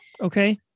Okay